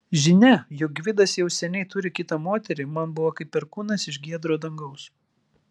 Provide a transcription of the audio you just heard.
žinia jog gvidas jau seniai turi kitą moterį man buvo kaip perkūnas iš giedro dangaus